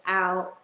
out